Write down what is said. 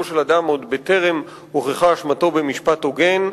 של אדם עוד בטרם הוכחה אשמתו במשפט הוגן,